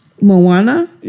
Moana